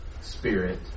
spirit